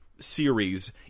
series